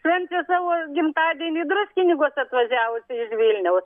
švenčia savo gimtadienį druskinykuos atvažiavusi iž vilniaus